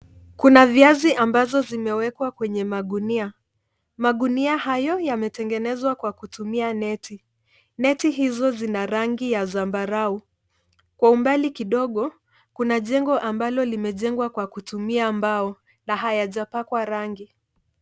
Kuna viazi ambazo zimewekwa kwenye magunia. Magunia hayo yametengenezwa kwa kutumia neti. Neti hizo zina rangi ya zambarau. Kwa umbali kidogo, kuna jengo ambalo limejengwa kwa kutumia mbao na hayajapakwa rangi.